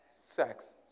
Sex